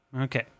Okay